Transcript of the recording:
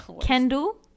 kendall